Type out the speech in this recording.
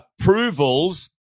approvals